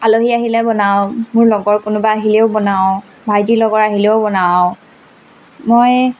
আলহী আহিলে বনাওঁ মোৰ লগৰ কোনোবা আহিলেও বনাওঁ ভাইটিৰ লগৰ আহিলেও বনাওঁ মই